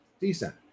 decent